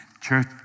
church